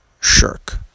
shirk